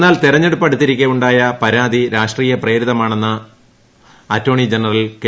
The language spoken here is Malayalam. എന്നാൽ തെരഞ്ഞെടുപ്പ് അടുത്തിരിയ്ക്കെ ഉ ായ പരാതി രാഷ്ട്രീയ പ്രേരിതമാണെന്ന് അന്റോർണി ജനറൽ കെ